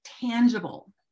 tangible